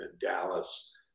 dallas